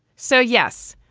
so yes,